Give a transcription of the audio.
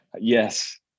yes